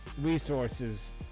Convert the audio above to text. resources